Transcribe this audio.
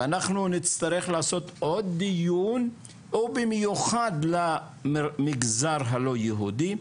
ואנחנו נצטרך לעשות עוד דיון ובמיוחד למגזר הלא יהודי,